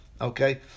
Okay